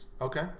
Okay